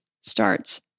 starts